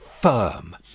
firm